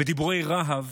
דיבורי רהב